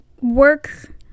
work